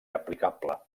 aplicable